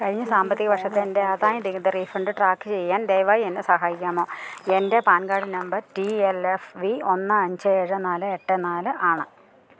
കഴിഞ്ഞ സാമ്പത്തിക വർഷത്തെ എന്റെ ആദായ നികുതി റീഫണ്ട് ട്രാക്ക് ചെയ്യാൻ ദയവായി എന്നെ സഹായിക്കാമോ എന്റെ PAN card number T L F V ഒന്ന് അഞ്ച് ഏഴ് നാല് എട്ട് നാല് ആണ്